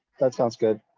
that sounds good.